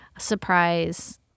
Surprise